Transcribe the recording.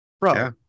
Bro